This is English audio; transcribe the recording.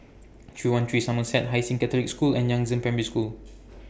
three one three Somerset Hai Sing Catholic School and Yangzheng Primary School